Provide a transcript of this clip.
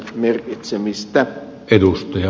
arvoisa puhemies